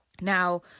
Now